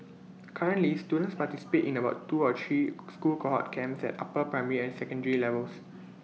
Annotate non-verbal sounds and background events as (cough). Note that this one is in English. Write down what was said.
currently students participate in about two or three school cohort camps at upper primary and secondary (noise) levels